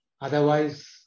Otherwise